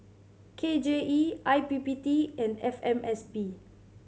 K J E I P P T and F M S P